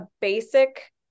basic